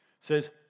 says